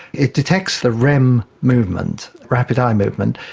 it detects the rem movement, rapid eye movement,